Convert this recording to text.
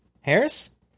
Harris